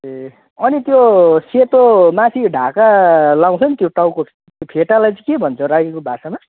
ए अनि त्यो सेतो माथि ढाका लगाउँछ नि त्यो टाउको फेटालाई चाहिँ के भन्छ राईको भाषामा